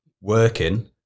working